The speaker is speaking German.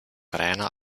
reiner